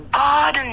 god